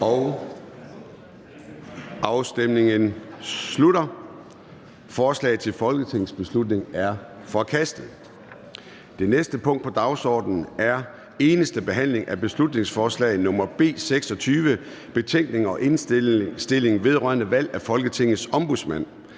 imod stemte 0. Forslaget til folketingsbeslutning er forkastet. --- Det næste punkt på dagsordenen er: 2) Eneste behandling af beslutningsforslag nr. B 26: Betænkning og indstilling vedrørende valg af Folketingets Ombudsmand.